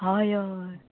हय हय